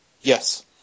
Yes